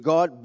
God